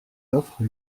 offres